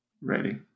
Ready